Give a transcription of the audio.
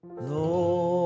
Lord